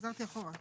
חזרתי אחורה?